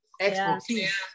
expertise